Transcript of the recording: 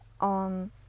on